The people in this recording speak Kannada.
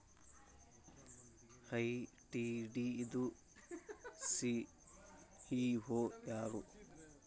ಐ.ಟಿ.ಡಿ ದು ಸಿ.ಇ.ಓ ಯಾರು?